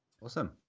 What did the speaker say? Awesome